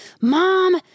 Mom